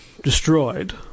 destroyed